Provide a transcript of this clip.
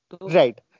right